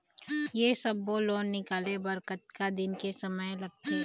ये सब्बो लोन निकाले बर कतका दिन के समय लगथे?